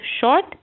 short-